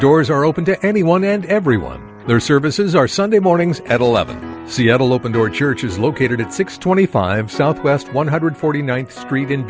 doors are open to anyone and everyone their services are sunday mornings at eleven seattle open door church is located at six twenty five south west one hundred forty ninth street in